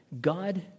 God